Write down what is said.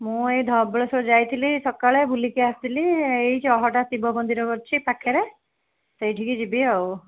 ମୁଁ ଏଇ ଧବଳେଶ୍ୱର ଯାଇଥିଲି ସକାଳେ ବୁଲିକି ଆସିଲି ଏଇ ଚହଟା ଶିବ ମନ୍ଦିର ଅଛି ପାଖରେ ସେଇଠିକି ଯିବି ଆଉ